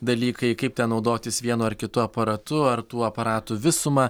dalykai kaip ten naudotis vienu ar kitu aparatu ar tų aparatų visuma